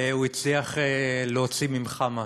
הוא הצליח להוציא ממך משהו.